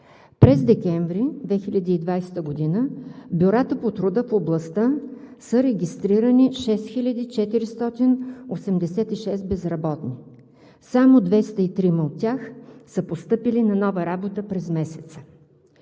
месец декември 2020 г. в бюрата по труда в областта са регистрирани 6486 безработни. Само 203 от тях са постъпили на нова работа през месеца.